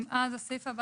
הסעיף הבא